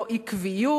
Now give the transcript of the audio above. לא עקביות.